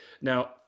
now